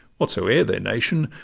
whatsoe'er their nation,